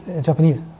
Japanese